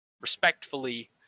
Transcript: respectfully